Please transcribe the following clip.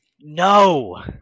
No